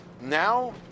now